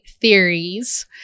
theories